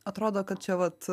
atrodo kad čia vat